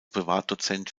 privatdozent